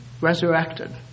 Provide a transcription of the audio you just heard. resurrected